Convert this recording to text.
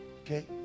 Okay